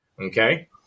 Okay